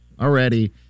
already